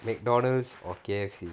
McDonald's or K_F_C